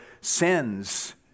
sins